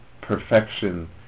perfection